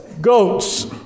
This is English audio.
Goats